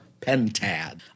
Pentad